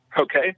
okay